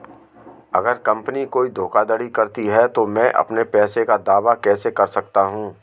अगर कंपनी कोई धोखाधड़ी करती है तो मैं अपने पैसे का दावा कैसे कर सकता हूं?